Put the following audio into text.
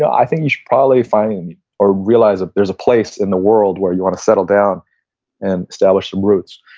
i think you should probably find or realize if there's a place in the world where you want to settle down and establish some roots.